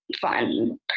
fun